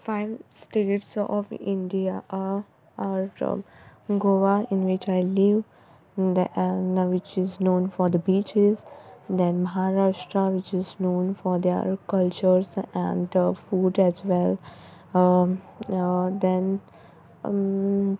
five states of India are are Goa in which I live then which is known for the beaches then Maharashtra which is known for their cultures and food as well then